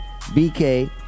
BK